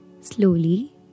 slowly